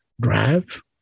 drive